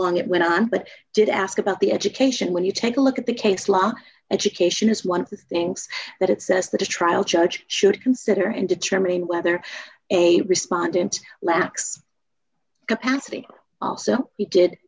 long it went on but i did ask about the education when you take a look at the case law education is one of the things that it says that a trial judge should consider in determining whether a respondent lacks capacity also we did